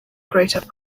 greater